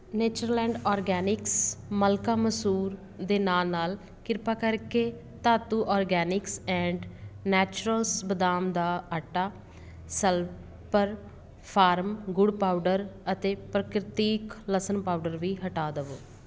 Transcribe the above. Natureland organics ਮਲਕਾ ਮਸੂਰ ਦੇ ਨਾਲ ਨਾਲ ਕਿਰਪਾ ਕਰਕੇ ਧਾਤੂ ਆਰਗੈਨਿਕਸ ਐਂਡ ਨੈਚੁਰਲਸ ਬਦਾਮ ਦਾ ਆਟਾ ਸਲਪਰ ਫਾਰਮ ਗੁੜ ਪਾਊਡਰ ਅਤੇ ਪ੍ਰਕ੍ਰਿਤੀਕ ਲਸਣ ਪਾਊਡਰ ਵੀ ਹਟਾ ਦੇਵੋ